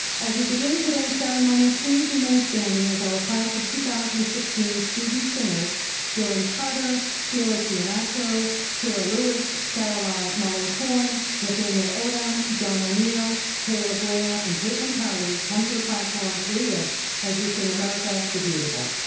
as we begin today's ceremony, please remain standing as our class of two thousand and sixteen student singers dillon carter, felix iheanacho, kyra lewis, sarala malin-korn, nathaniel odom, john o'neil, kayla blair and kaitlyn tarley come to the platform to lead us as we sing america the beautiful.